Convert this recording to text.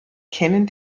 kennen